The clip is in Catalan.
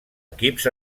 equips